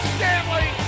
Stanley